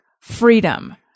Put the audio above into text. freedom